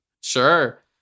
Sure